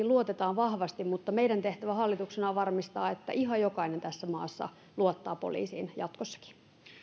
luotetaan vahvasti mutta meidän tehtävämme hallituksena on varmistaa että ihan jokainen tässä maassa luottaa poliisiin jatkossakin